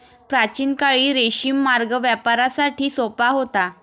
प्राचीन काळी रेशीम मार्ग व्यापारासाठी सोपा होता